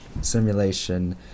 simulation